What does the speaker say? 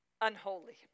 Unholy